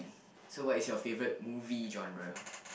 so what is your favourite movie genre